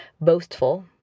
boastful